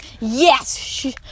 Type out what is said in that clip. Yes